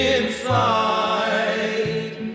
inside